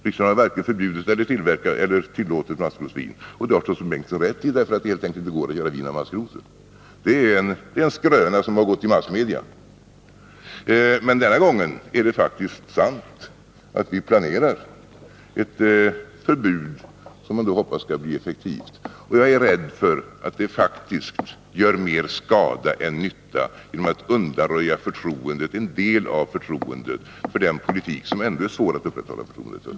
Riksdagen har varken förbjudit eller tillåtit maskrosvin. Det har Torsten Bengtson rätt i, därför att det går helt enkelt inte att göra vin av maskrosor. Det är en skröna som gått igenom massmedia. Men den här gången är det faktiskt sant att riksdagen planerar ett förbud, som man hoppas skall bli effektivt. Och jag är rädd för att det faktiskt gör mer skada än nytta — genom att undanröja en del av det förtroende för politiken som ändå är svårt att upprätthålla.